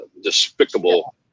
despicable